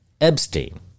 Epstein